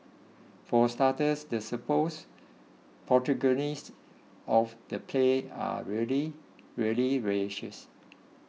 for starters the supposed protagonists of the play are really really racist